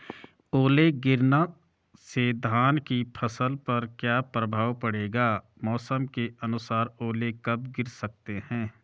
ओले गिरना से धान की फसल पर क्या प्रभाव पड़ेगा मौसम के अनुसार ओले कब गिर सकते हैं?